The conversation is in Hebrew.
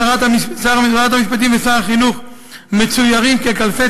שרת המשפטים ושר החינוך מצוירים ככלבי